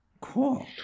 Cool